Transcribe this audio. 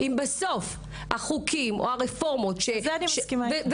על זה אני מסכימה איתך.